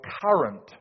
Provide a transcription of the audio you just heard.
current